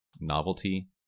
novelty